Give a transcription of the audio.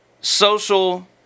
Social